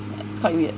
it's quite weird